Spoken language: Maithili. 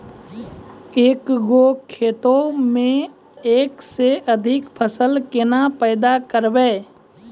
एक गो खेतो मे एक से अधिक फसल केना पैदा करबै?